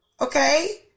Okay